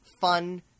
fun